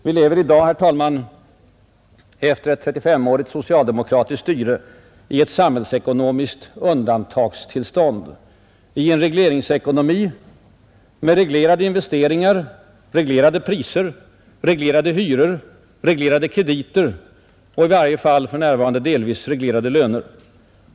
Vi lever i dag — herr talman — efter ett 35-årigt socialdemokratiskt styre i ett samhällsekonomiskt ”undantagstillstånd”, i en regleringsekonomi med reglerade investeringar, reglerade priser, reglerade hyror, reglerade krediter och i varje fall för närvarande delvis reglerade löner.